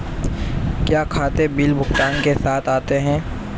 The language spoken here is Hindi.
क्या खाते बिल भुगतान के साथ आते हैं?